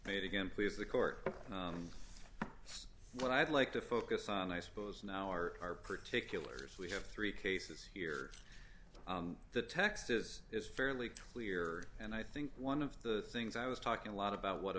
made again please the court what i'd like to focus on i suppose in our particulars we have three cases here the text is is fairly clear and i think one of the things i was talking a lot about what a